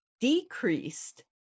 decreased